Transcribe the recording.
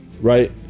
Right